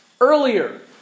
earlier